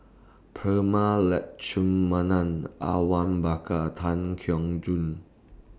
Prema Letchumanan Awang Bakar Tan Keong Choon